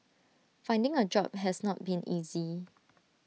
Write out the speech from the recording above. finding A job has not been easy